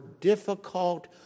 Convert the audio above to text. difficult